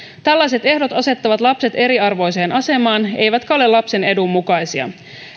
tällaiset ehdot asettavat lapset eriarvoiseen asemaan eivätkä ole lapsen edun mukaisia